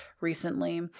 recently